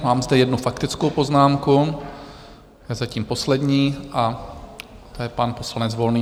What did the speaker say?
Mám zde jednu faktickou poznámku, zatím poslední, a to je pan poslanec Volný.